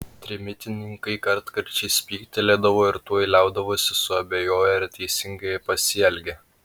trimitininkai kartkarčiais spygtelėdavo ir tuoj liaudavosi suabejoję ar teisingai pasielgė